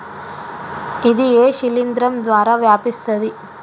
ఇది ఏ శిలింద్రం ద్వారా వ్యాపిస్తది?